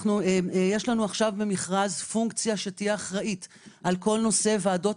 יש לנו מכרז על פונקציה שתהיה אחראית על כל נושא ועדות